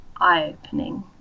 eye-opening